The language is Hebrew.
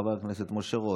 חבר הכנסת ישראל אייכלר,